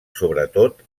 sobretot